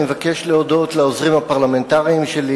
אני מבקש להודות לעוזרים הפרלמנטריים שלי,